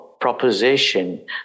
proposition